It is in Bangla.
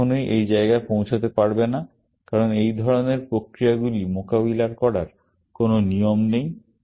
এটা কখনই এই জায়গায় পৌঁছাতে পারবে না কারণ এই ধরণের প্রক্রিয়াগুলি মোকাবেলা করার কোনও নিয়ম নেই